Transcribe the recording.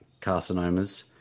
carcinomas